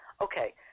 okay